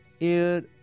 air